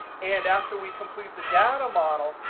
and after we complete the data model,